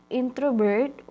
introvert